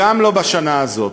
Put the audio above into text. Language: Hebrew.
גם לא בשנה הזאת.